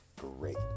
great